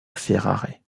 ferrare